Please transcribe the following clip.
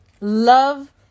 love